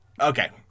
okay